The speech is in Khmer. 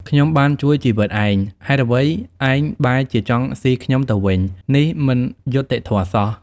ខ្ញុំបានជួយជីវិតឯង ហេតុអ្វីឯងបែរជាចង់ស៊ីខ្ញុំទៅវិញ? នេះមិនយុត្តិធម៌សោះ!